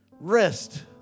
Rest